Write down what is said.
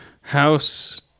House